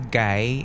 guy